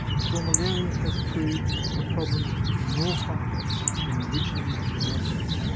for malaria has proved a problem more complex than originally imagined.